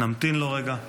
נמתין לו רגע.